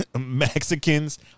Mexicans